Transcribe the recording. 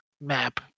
map